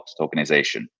tokenization